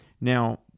Now